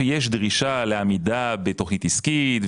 יש דרישה לעמידה בתוכנית עסקית,